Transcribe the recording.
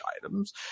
items